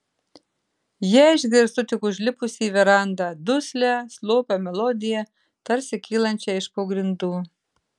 ją išgirstu tik užlipusi į verandą duslią slopią melodiją tarsi kylančią iš po grindų